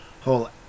whole